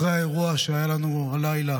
אחרי האירוע שהיה לנו הלילה